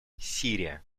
сирия